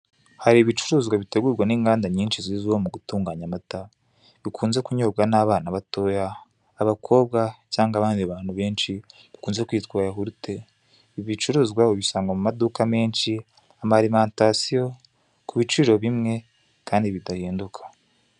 Hari ibicuruzwa bitegurwa n'inganda nyinshi zizwiho gutunganya amata; bikunze kunyobwa: n'abana batoya, abakobwa cyangwa n'abandi bantu benshi, bikunze kwitwa yawurute. Ibi bicuruzwa ubisanga mu maduka menshi, mu marimantasiyo, ku biciro bimwe kandi bidahinduka.